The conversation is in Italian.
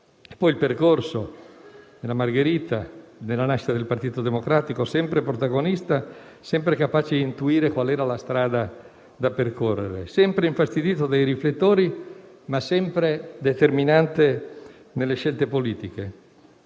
il percorso della Margherita, della nascita del Partito Democratico, sempre protagonista, sempre capace di intuire qual era la strada da percorrere, sempre infastidito dai riflettori, ma sempre determinante nelle scelte politiche,